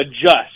adjust